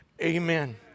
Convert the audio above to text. amen